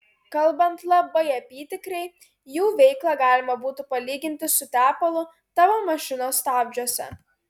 kalbant labai apytikriai jų veiklą galima būtų palyginti su tepalu tavo mašinos stabdžiuose